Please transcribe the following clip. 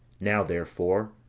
now, therefore,